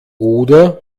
oder